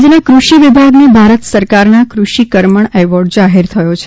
રાજ્યના કૃષિ વિભાગને ભારત સરકારના કૃષિ કર્મણ એવોર્ડ જાહેર થયો છે